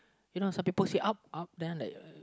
you know some people some people say up up then like uh